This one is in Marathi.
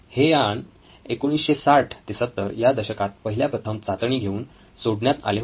हे यान 1960 ते 70 या दशकात पहिल्या प्रथम चाचणी घेऊन सोडण्यात आले होते